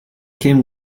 kim